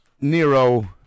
Nero